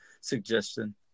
suggestion